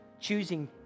Choosing